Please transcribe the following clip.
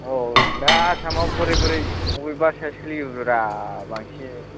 औ दा आसामाव बोरै बोरै अबे भाषाया सोलियोब्रा बांसिन